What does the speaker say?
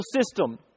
system